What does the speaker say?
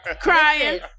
Crying